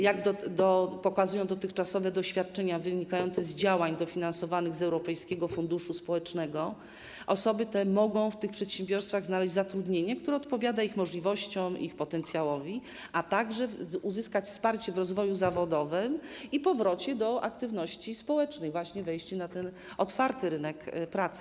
Jak pokazują dotychczasowe doświadczenia, wynikające z działań dofinansowanych z Europejskiego Funduszu Społecznego, osoby te mogą w tych przedsiębiorstwach znaleźć zatrudnienie, które odpowiada ich możliwościom, ich potencjałowi, a także uzyskać wsparcie w rozwoju zawodowym i powrocie do aktywności społecznej, wejściu na ten otwarty rynek pracy.